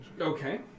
Okay